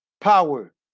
power